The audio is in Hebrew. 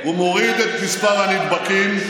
הוא מוריד את מספר הנדבקים.